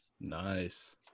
nice